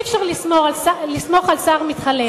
אי-אפשר לסמוך על שר מתחלף.